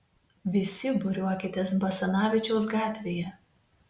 visi būriuokitės basanavičiaus gatvėje